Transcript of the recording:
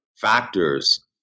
factors